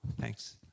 thanks